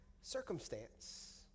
circumstance